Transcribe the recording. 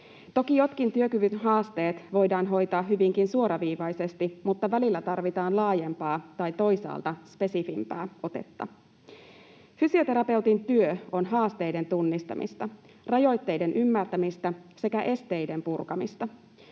Toki jotkin työkyvyn haasteet voidaan hoitaa hyvinkin suoraviivaisesti, mutta välillä tarvitaan laajempaa tai toisaalta spesifimpää otetta. Fysioterapeutin työ on haasteiden tunnistamista, rajoitteiden ymmärtämistä sekä esteiden purkamista.